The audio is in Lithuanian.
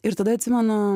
ir tada atsimenu